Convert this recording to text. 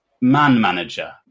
man-manager